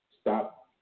stop